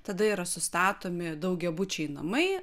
tada yra sustatomi daugiabučiai namai